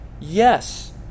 Yes